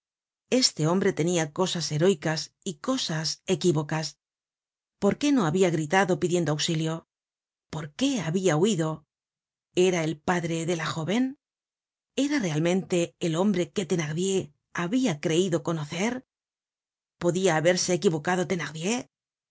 este hombre tenia cosas heroicas y cosas equivocas porqué ao habia gritado pidiendo auxilio por qué habia huido era el padre de la jóven era realmente el hombre que thenardier habia creido conocer podia haberse equivocado